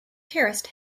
terraced